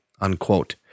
unquote